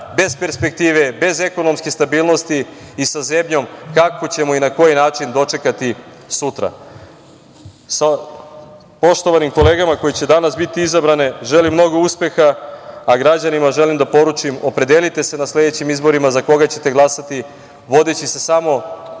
bez perspektive, bez ekonomske stabilnosti i sa zebnjom kako ćemo i na koji način dočekati sutra. Poštovanim kolegama koji će danas biti izabrani želim mnogo uspeha. Građanima želim da poručim - opredelite se na sledećim izborima za koga ćete glasati vodeći se samo